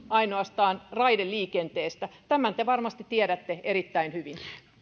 ainoastaan raideliikenteellä tämän te varmasti tiedätte erittäin hyvin